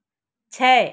छः